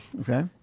Okay